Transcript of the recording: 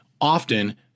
often